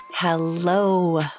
Hello